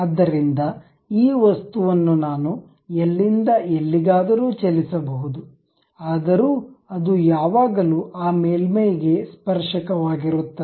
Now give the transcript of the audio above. ಆದ್ದರಿಂದ ಈ ವಸ್ತುವನ್ನು ನಾನು ಎಲ್ಲಿಂದ ಎಲ್ಲಿಗಾದರೂ ಚಲಿಸಬಹುದು ಆದರೂ ಅದು ಯಾವಾಗಲೂ ಆ ಮೇಲ್ಮೈಗೆ ಸ್ಪರ್ಶಕ ವಾಗಿರುತ್ತದೆ